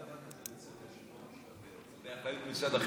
אין דבר כזה בית ספר שלא משתפר,